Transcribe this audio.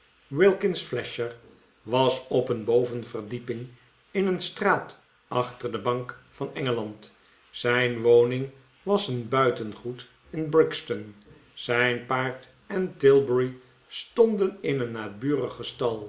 wilkins flasher was op een bovenverdieping in een straat achter de bank van engeland zijn woning was een buitengoed in brixton zijn paard en tilbury stonden in een